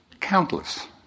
Countless